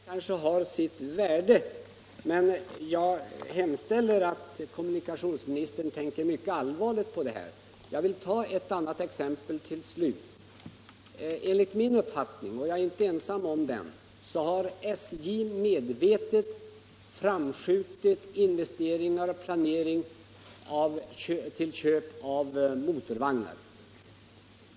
Herr talman! Det erkännandet kanske har sitt värde, men jag hemställer att kommunikationsministern tänker mycket allvarligt på detta. Jag vill till slut ta ett annat exempel. Enligt min uppfattning — och trafiken 120 jag är inte ensam om den — har SJ medvetet skjutit fram investeringar och planering beträffande köp av motorvagnar.